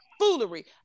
foolery